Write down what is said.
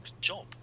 job